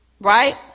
Right